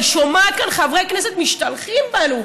אני שומעת כאן חברי כנסת משתלחים בנו.